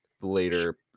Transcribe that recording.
later